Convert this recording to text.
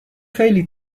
خیلی